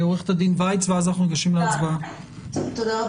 תודה רבה.